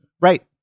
Right